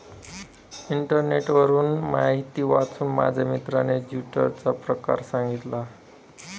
इंटरनेटवरून माहिती वाचून माझ्या मित्राने ज्यूटचा प्रकार सांगितला